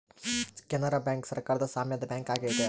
Canara bank ಸರಕಾರದ ಸಾಮ್ಯದ bank ಆಗೈತೆ